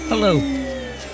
Hello